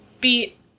beat